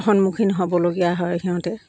সন্মুখীন হ'বলগীয়া হয় সিহঁতে